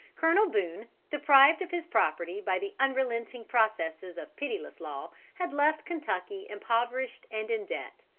colonel boone, deprived of his property by the unrelenting processes of pitiless law, had left kentucky impoverished and in debt.